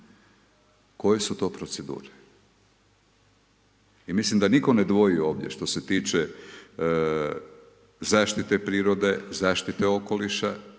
koje su to procedure. I mislim da nitko ne dvojiti ovdje što se tiče zaštite prirode, zaštite okoliša,